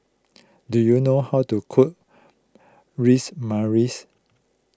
do you know how to cook Ras